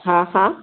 हाँ हाँ